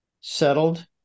settled